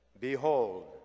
Behold